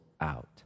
out